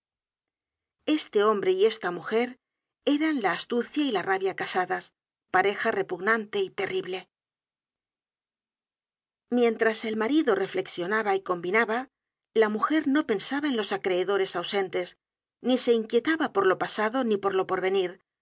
este hombre y esta mujer eran la astucia y la rabia casadas pareja repugnante y terrible mientras el marido reflexionaba y combinaba la mujer no pensaba en los acreedores ausentes ni se inquietaba por lo pasado ni por lo porvenir